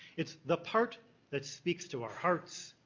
it's the part that speaks to our hearts,